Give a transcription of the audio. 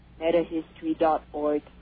Metahistory.org